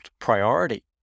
priority